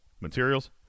materials